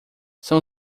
são